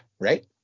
right